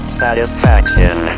satisfaction